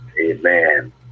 Amen